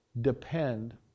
depend